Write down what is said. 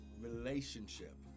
relationship